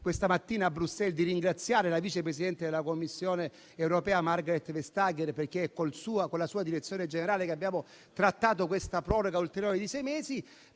questa mattina a Bruxelles, di ringraziare la vice presidente della Commissione europea Margrethe Vestager, perché è con la sua direzione generale che abbiamo trattato questa proroga ulteriore di sei mesi